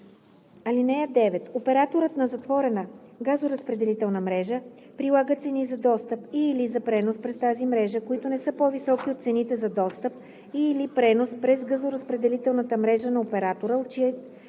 (9) Операторът на затворена газоразпределителна мрежа прилага цени за достъп и/или за пренос през тази мрежа, които не са по-високи от цените за достъп и/или пренос през газоразпределителната мрежа на оператора,